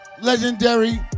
Legendary